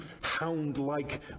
hound-like